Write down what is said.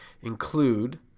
include